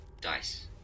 dice